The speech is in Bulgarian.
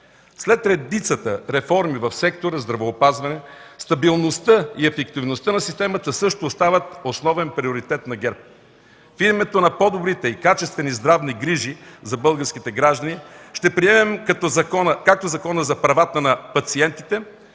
След редицата реформи в сектор „Здравеопазване” стабилността и ефективността на системата също остават основен приоритет на ГЕРБ. В името на по-добрите и качествени здравни грижи за българските граждани ще приемем както Закона за правата на пациентите,